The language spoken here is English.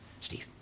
Steve